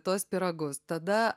tuos pyragus tada